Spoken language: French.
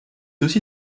aussi